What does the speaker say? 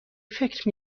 فکر